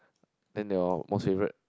then your most favourite